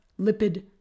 lipid